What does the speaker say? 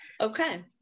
Okay